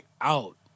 out